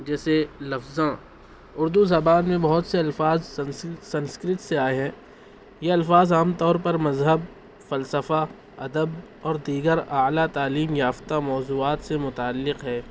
جیسے لفظوں اردو زبان میں بہت سے الفاظ سنسکر سنسکرت سے آئے ہیں یہ الفاظ عام طور پر مذہب فلسفہ ادب اور دیگر اعلیٰ تعلیم یافتہ موضوعات سے متعلق ہے